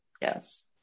Yes